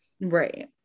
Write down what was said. Right